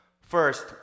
First